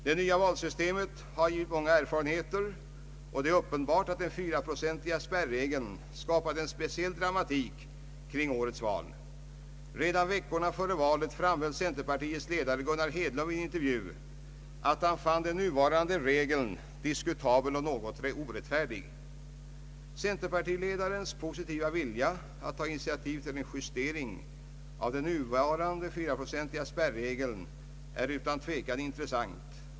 Det nya valsystemet har givit många erfarenheter, och det är uppenbart att den 4-procentiga spärregeln skapade en speciell dramatik kring årets val. Redan veckorna före valet framhöll centerpartiets ledare Gunnar Hedlund vid en intervju, att han fann den nuvarande regeln diskutabel och något orättfärdig. Centerpartiledarens positiva vilja att ta initiativ till en justering av den nuvarande 4-procentiga spärregeln är utan tvivel intressant.